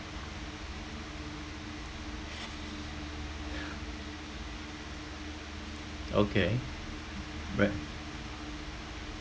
okay right